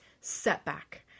setback